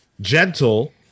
Gentle